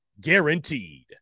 guaranteed